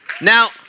Now